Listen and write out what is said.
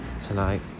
tonight